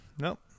Nope